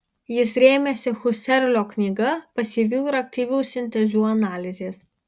jis rėmėsi husserlio knyga pasyvių ir aktyvių sintezių analizės